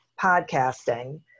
podcasting